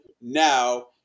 Now